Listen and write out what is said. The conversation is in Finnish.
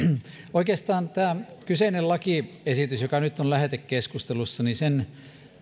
oikeastaan tämän kyseisen lakiesityksen joka nyt on lähetekeskustelussa